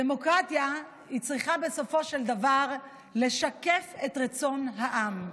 דמוקרטיה צריכה בסופו של דבר לשקף את רצון העם.